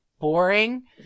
boring